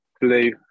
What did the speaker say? blue